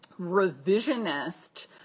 revisionist